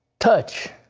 touch.